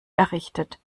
errichtet